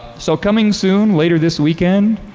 so coming soon, later this weekend,